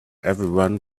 everyone